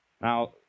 Now